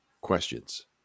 questions